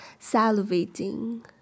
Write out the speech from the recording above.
salivating